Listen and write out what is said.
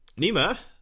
Nima